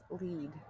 lead